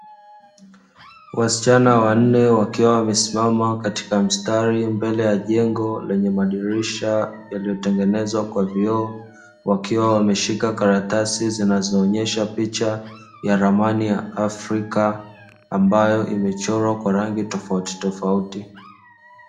Wasichana wanne wakiwa wamesimama katika mstari mbele ya jengo lenye madirisha yaliyotengenezwa kwa vioo, wakiwa wameshika karatasi zinazoonyesha picha ya ramani ya Afrika ambayo imechorwa kwa rangi tofautitofauti.